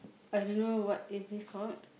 I don't know what is this called